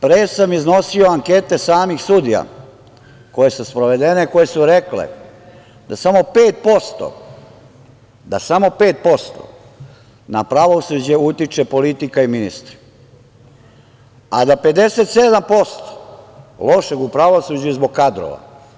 Pre sam iznosio ankete samih sudija koje su sprovedene, koje su rekle da samo 5% na pravosuđe utiče politika i ministri, a da 57% lošeg u pravosuđu je zbog kadrova.